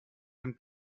dem